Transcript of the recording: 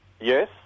Yes